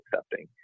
accepting